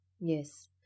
Yes